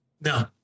No